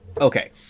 Okay